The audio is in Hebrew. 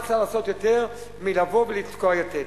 מה אפשר לעשות יותר מלבוא ולתקוע יתד?